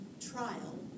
Trial